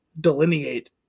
delineate